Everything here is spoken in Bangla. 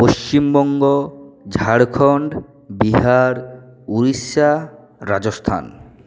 পশ্চিমবঙ্গ ঝাড়খণ্ড বিহার উড়িষ্যা রাজস্থান